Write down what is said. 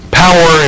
power